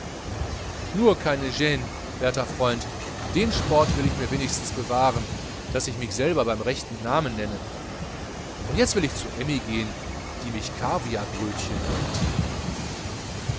nur keine gne werter freund den sport will ich mir wenigstens bewahren daß ich mich selber beim rechten namen nenne und jetzt will ich zu emmy gehn die mich caviarbrödchen nennt